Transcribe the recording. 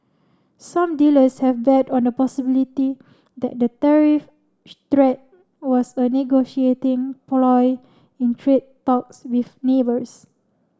some dealers have bet on the possibility that the tariff threat was a negotiating ploy in trade talks with neighbours